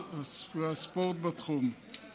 בבקשה, אדוני.